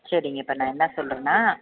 சரிங்க இப்போ நான் என்ன சொல்கிறேன்னா